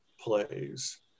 plays